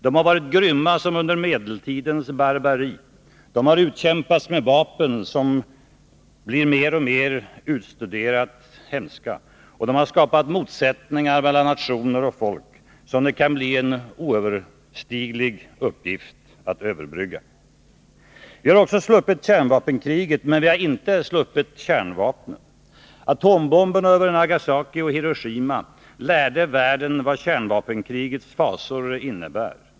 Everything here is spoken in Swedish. De har varit grymma som under medeltidens barbari. De har utkämpats med vapen som blivit mer och mer utstuderat hemska, och de har skapat motsättningar mellan nationer och folk som det kan bli en oöverstiglig uppgift att överbrygga. Vi har också sluppit kärnvapenkriget, men vi har inte sluppit kärnvapnen. Atombomberna över Nagasaki och Hiroshima lärde världen vad kärnvapenkrigets fasor innebär.